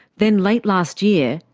then late last year,